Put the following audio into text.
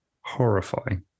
horrifying